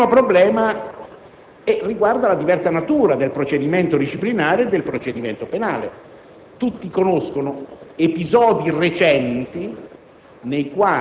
Il primo problema riguarda la diversa natura del procedimento disciplinare e del procedimento penale. Tutti conoscono episodi recenti